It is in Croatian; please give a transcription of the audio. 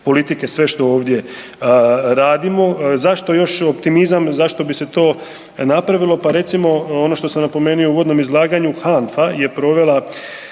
politike sve što ovdje radimo. Zašto još optimizam, zašto bi se to napravilo? Pa recimo ono što sam napomenuo u uvodnom izlaganju, HANFA je provela